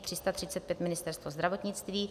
335 Ministerstvo zdravotnictví